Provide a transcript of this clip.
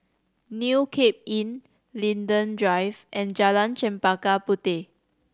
New Cape Inn Linden Drive and Jalan Chempaka Puteh